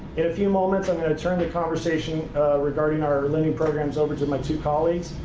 in a few moments, i'm going to turn the conversation regarding our lending programs over to my two colleagues.